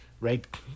right